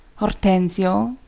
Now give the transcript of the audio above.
hortensio.